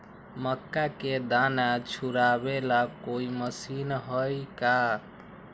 मक्का के दाना छुराबे ला कोई मशीन हई का?